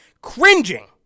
cringing